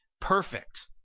perfect